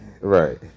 right